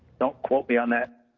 don't quote me on that.